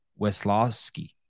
Weslowski